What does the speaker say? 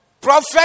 Prophet